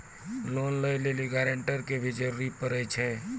Loan लै लेली guarantor के भी जरूरी पड़ै छै?